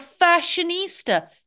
fashionista